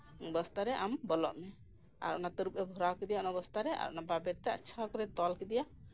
ᱵᱚᱥᱛᱟ ᱨᱮ ᱟᱢ ᱵᱚᱞᱚᱜ ᱢᱮ ᱟᱨ ᱛᱟᱹᱨᱩᱵᱽ ᱮ ᱵᱷᱚᱨᱟᱣ ᱠᱮᱫᱮᱭᱟ ᱚᱱᱟ ᱵᱚᱥᱛᱟᱨᱮ ᱟᱨ ᱵᱟᱵᱮᱨᱛᱮ ᱟᱪᱪᱷᱟ ᱠᱚᱨᱮ ᱛᱚᱞ ᱠᱮᱫᱮᱭᱟ